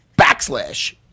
backslash